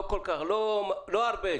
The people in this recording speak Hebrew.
לא הרבה,